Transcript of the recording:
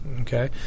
Okay